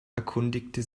erkundigte